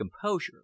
composure